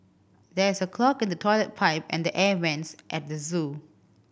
there is a clog in the toilet pipe and air vents at the zoo